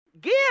Give